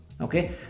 okay